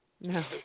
No